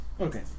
Okay